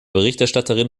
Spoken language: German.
berichterstatterin